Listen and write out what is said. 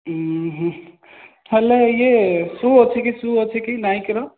ଉଁ ହଁ ହେଲେ ଇଏ ସୁ ଅଛି କି ସୁ ଅଛି କି ନାଇକର